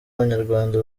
abanyarwanda